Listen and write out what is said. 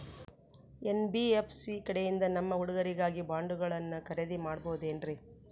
NBFC ಕಡೆಯಿಂದ ನಮ್ಮ ಹುಡುಗರಿಗಾಗಿ ಬಾಂಡುಗಳನ್ನ ಖರೇದಿ ಮಾಡಬಹುದೇನ್ರಿ?